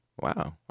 Wow